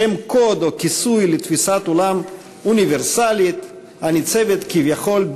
שם קוד או כיסוי לתפיסת עולם אוניברסלית הניצבת כביכול,